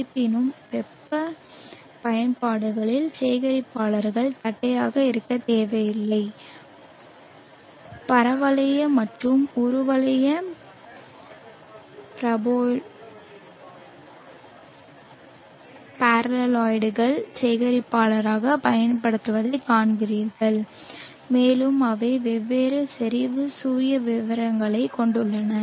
இருப்பினும் வெப்ப பயன்பாடுகளில் சேகரிப்பாளர்கள் தட்டையாக இருக்க தேவையில்லை பரவளைய மற்றும் உருளை பரபோலாய்டுகள் சேகரிப்பாளர்களாகப் பயன்படுத்தப்படுவதைக் காண்பீர்கள் மேலும் அவை வெவ்வேறு செறிவு சுயவிவரங்களைக் கொண்டுள்ளன